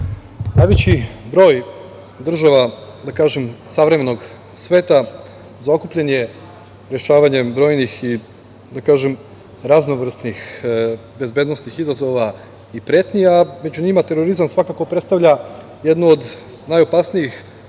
najveći broj država, da kažem, savremenog sveta zaokupljen je rešavanjem brojnih i raznovrsnih bezbednosnih izazova i pretnji, a među njima terorizam svakako predstavlja jednu od najopasnijih,